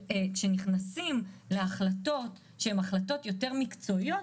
כשנכנסים להחלטות שהן החלטות יותר מקצועיות,